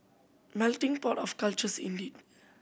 melting pot of cultures indeed